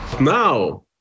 Now